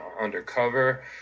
undercover –